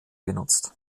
genutzt